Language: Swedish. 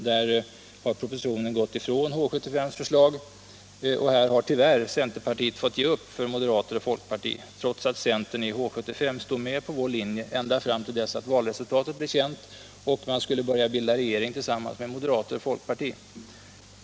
Där har propositionen frångått H 75:s förslag och där har tyvärr centerpartiet fått ge upp för moderater och folkparti, trots att centern i H 75 stod med på vår linje ända fram till dess att valresultatet blev känt och man skulle börja bilda regering tillsammans med moderater och folkparti.